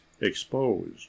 exposed